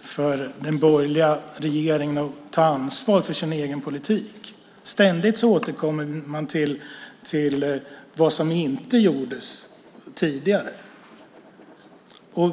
för den borgerliga regeringen att ta ansvar för sin egen politik. Man återkommer ständigt till vad som inte gjordes tidigare.